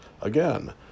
again